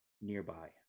nearby